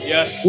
Yes